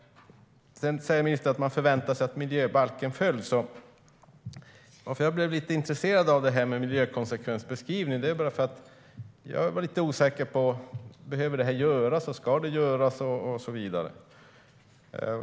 Ministern säger att man förväntar sig att miljöbalken följs. Anledningen till att jag blev intresserad av det här med miljökonsekvensbeskrivning var att jag var lite osäker på om det här behöver göras, om det ska göras och så vidare.